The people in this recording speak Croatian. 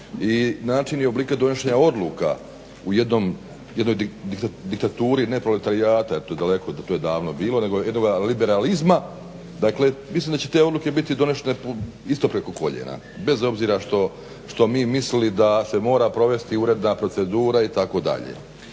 i način i oblike donošenja odluka u jednoj diktaturi ne proletarijata jer to je daleko, to je davno bilo, nego jednoga liberalizma, dakle mislim da će te odluke biti donesene isto preko koljena bez obzira što mi mislili da se mora provesti uredna procedura itd.